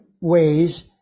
ways